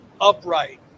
Upright